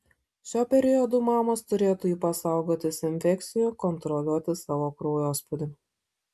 šiuo periodu mamos turėtų ypač saugotis infekcijų kontroliuoti savo kraujospūdį